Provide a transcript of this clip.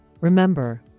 Remember